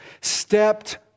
stepped